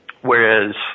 Whereas